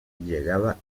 llegaba